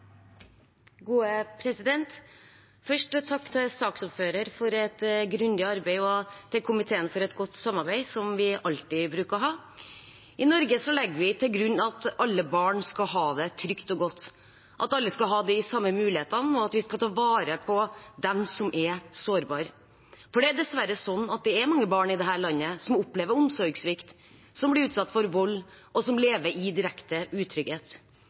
gode tjenester til barn i barnevernsinstitusjoner. Det fortjener de! Først takk til saksordføreren for et grundig arbeid og til komiteen for et godt samarbeid, som vi alltid bruker å ha. I Norge legger vi til grunn at alle barn skal ha det trygt og godt, at alle skal ha de samme mulighetene, og at vi skal ta vare på dem som er sårbare. Det er dessverre sånn at det er mange barn i dette landet som opplever omsorgssvikt, som blir utsatt for vold, og som lever i direkte utrygghet.